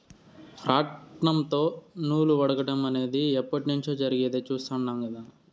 రాట్నంతో నూలు వడకటం అనేది ఎప్పట్నుంచో జరిగేది చుస్తాండం కదా